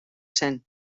zen